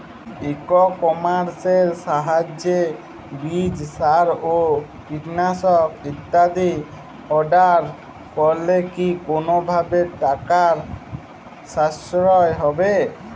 ই কমার্সের সাহায্যে বীজ সার ও কীটনাশক ইত্যাদি অর্ডার করলে কি কোনোভাবে টাকার সাশ্রয় হবে?